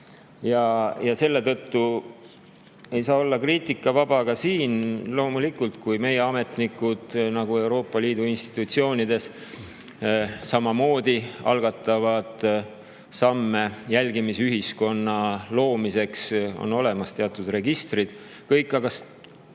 ja selle tõttu ei saa olla kriitikavaba ka siin, loomulikult, kui meie ametnikud Euroopa Liidu institutsioonides samamoodi algatavad samme jälgimisühiskonna loomiseks. On olemas teatud registrid. Aga